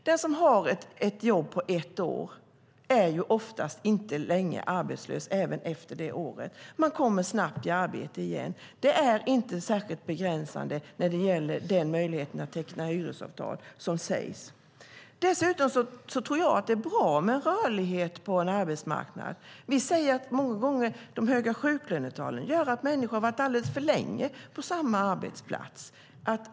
Den som har ett jobb på ett år är oftast inte arbetslös länge efter det året. Man kommer snabbt i arbete igen. Det är inte särskilt begränsande när det gäller möjligheten att teckna hyresavtal. Dessutom tror jag att det är bra med en rörlighet på en arbetsmarknad. Många gånger säger de höga sjuklönetalen att människor har varit alldeles för länge på samma arbetsplats.